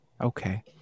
Okay